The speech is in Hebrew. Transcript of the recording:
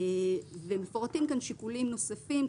ומפורטים כאן שיקולים נוספים.